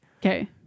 Okay